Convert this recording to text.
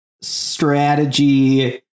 strategy